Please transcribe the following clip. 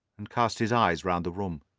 and cast his eyes round the room.